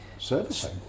Servicing